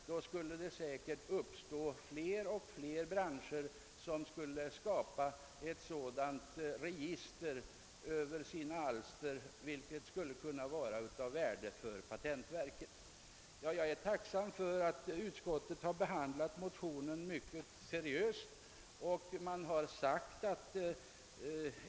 Säkerligen skulle allt fler branscher i så fall skapa ett register över sina alster, vilket skulle kunna vara av värde för patentverket. Jag är tacksam för att utskottet har behandlat vårt motionspar mycket seriöst.